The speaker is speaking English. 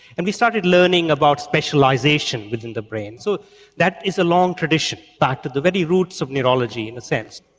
and we started learning about specialisation within the brain so that is a long tradition, part of the very roots of neurology in a sense.